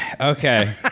Okay